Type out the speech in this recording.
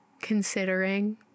considering